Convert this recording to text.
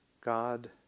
God